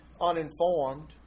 uninformed